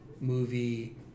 movie